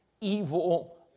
evil